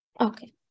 Okay